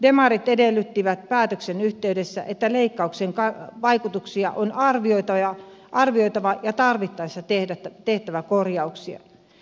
demarit edellyttivät päätöksen yhteydessä että leikkauksen vaikutuksia on arvioitava ja tarvittaessa tehtävä korjauksia